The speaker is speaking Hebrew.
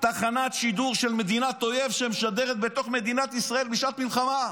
תחנת שידור של מדינת אויב שמשדרת בתוך מדינת ישראל בשעת מלחמה.